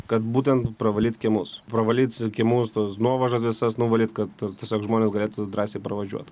kad būtent pravalyt kiemus pravalyt kiemus tuos nuovažas visas nuvalyt kad tiesiog žmonės galėtų drąsiai pravažiuot